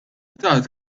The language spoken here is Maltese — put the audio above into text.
tard